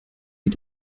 wie